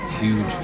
huge